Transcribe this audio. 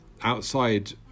outside